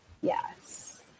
Yes